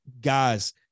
guys